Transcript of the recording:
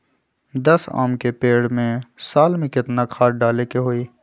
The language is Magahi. दस आम के पेड़ में साल में केतना खाद्य डाले के होई?